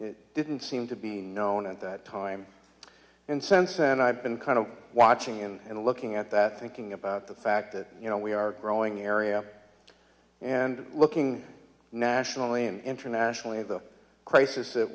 it didn't seem to be known at that time in sense and i've been kind of watching and looking at that thinking about the fact that you know we are growing area and looking nationally and internationally the crisis that